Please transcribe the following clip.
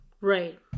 Right